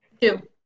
Two